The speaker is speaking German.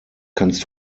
kannst